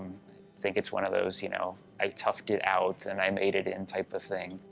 think it's one of those, you know, i toughed it out. and i made it in type of thing.